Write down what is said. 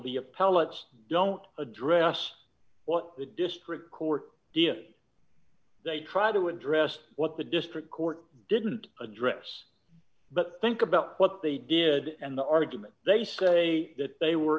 pellets don't address what the district court did they tried to address what the district court didn't address but think about what they did and the argument they say that they were